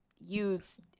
use